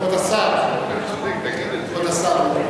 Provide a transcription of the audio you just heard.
כבוד השר, כבוד השר.